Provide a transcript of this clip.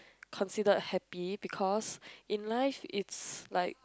considered happy because in life it's like